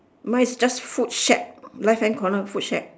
my is just food shack left hand corner food shack